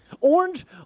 Orange